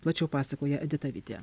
plačiau pasakoja edita vitė